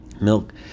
milk